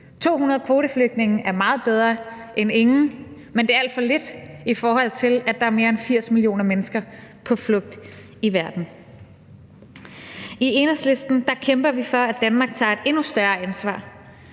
200 kvoteflygtninge er meget bedre end ingen, men det er alt for lidt, i forhold til at der er mere end 80 millioner mennesker på flugt i verden. I Enhedslisten kæmper vi for, at Danmark tager et endnu større ansvar.